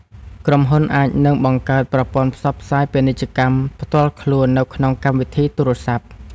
ក្រុមហ៊ុនអាចនឹងបង្កើតប្រព័ន្ធផ្សព្វផ្សាយពាណិជ្ជកម្មផ្ទាល់ខ្លួននៅក្នុងកម្មវិធីទូរសព្ទ។